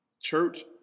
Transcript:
church